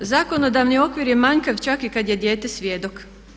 Zakonodavni okvir je manjkav čak i kada je dijete svjedok.